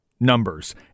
numbers